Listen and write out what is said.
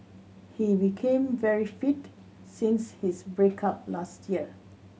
he became very fit since his break up last year